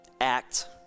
act